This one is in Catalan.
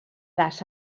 les